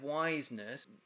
wiseness